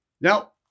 Now